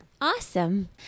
Awesome